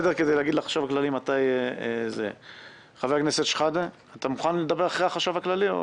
חבר הכנסת שחאדה, אתה מוכן לדבר אחרי החשב הכללי?